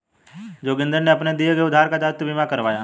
जोगिंदर ने अपने दिए गए उधार का दायित्व बीमा करवाया